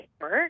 work